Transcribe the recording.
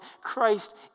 Christ